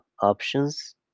options